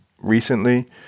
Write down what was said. recently